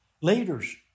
leaders